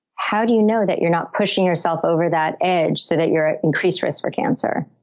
how do you know that you're not pushing yourself over that edge, so that you're at increased risk for cancer?